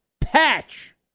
Patch